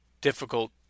difficult